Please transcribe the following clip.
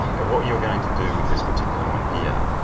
and what you're going to do with this particular one here,